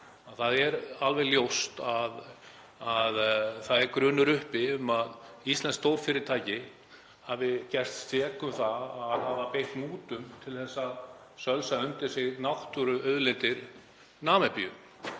Það er alveg ljóst að það er grunur uppi um að íslenskt stórfyrirtæki hafi gerst sekt um að hafa beitt mútum til að sölsa undir sig náttúruauðlindir Namibíu